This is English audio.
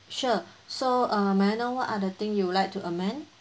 sure so uh may I know what are the thing you would like to amend